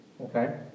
okay